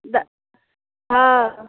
द हँ